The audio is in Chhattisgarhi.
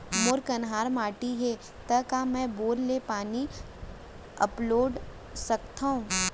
मोर कन्हार माटी हे, त का मैं बोर ले पानी अपलोड सकथव?